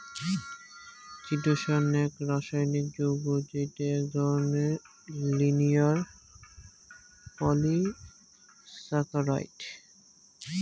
chitosan এক রাসায়নিক যৌগ্য যেইটো এক ধরণের লিনিয়ার পলিসাকারাইড